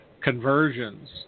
conversions